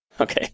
Okay